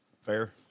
Fair